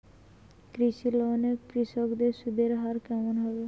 কৃষি লোন এ কৃষকদের সুদের হার কেমন হবে?